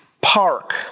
park